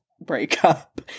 breakup